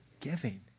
Giving